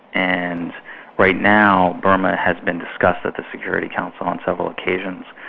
and right now burma has been discussed at the security council on several occasions,